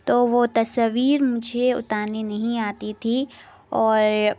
تو وہ تصویر مجھے اتارنے نہیں آتی تھی اور